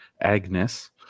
Agnes